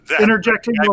Interjecting